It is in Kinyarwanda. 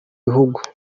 bihugu